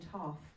half